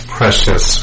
precious